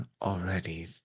already